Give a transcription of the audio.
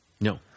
No